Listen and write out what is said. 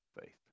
faith